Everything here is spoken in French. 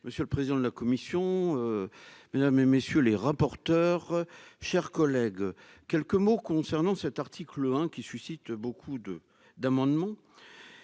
monsieur le président de la commission, mesdames et messieurs les rapporteurs, chers collègues, quelques mots concernant cet article 1 qui suscite beaucoup de d'amendements